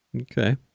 Okay